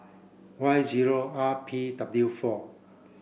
Y zero R P W four